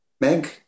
Meg